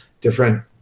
different